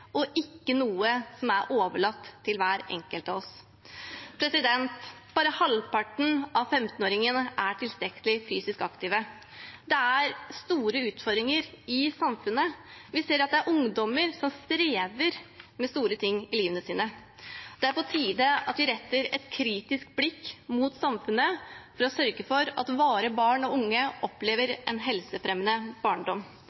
og ikke noe som er overlatt til hver enkelt av oss. Bare halvparten av 15-åringene er tilstrekkelig fysisk aktive. Det er store utfordringer i samfunnet. Vi ser at det er ungdommer som strever med store ting i livet sitt. Det er på tide at vi retter et kritisk blikk mot samfunnet for å sørge for at våre barn og unge opplever en helsefremmende barndom.